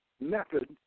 method